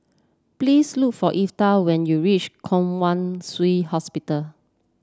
please look for Evertt when you reach Kwong Wai Shiu Hospital